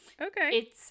Okay